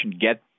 get